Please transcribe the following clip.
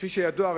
כפי שידוע,